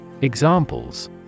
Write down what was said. Examples